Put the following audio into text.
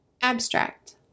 Abstract